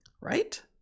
right